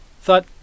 Thought